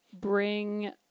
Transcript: bring